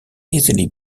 easily